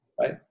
right